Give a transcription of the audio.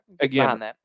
again